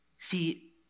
See